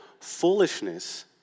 foolishness